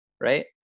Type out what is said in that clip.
Right